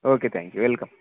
okay thank you welcome